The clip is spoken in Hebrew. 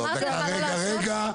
רגע, רגע.